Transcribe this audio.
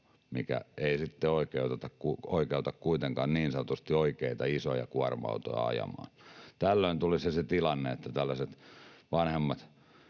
mikä ei oikeuta kuitenkaan niin sanotusti oikeita isoja kuorma-autoja ajamaan. Tällöin tulisi se tilanne, että tällaisten vanhempien